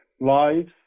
lives